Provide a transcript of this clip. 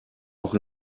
auch